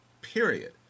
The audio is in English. period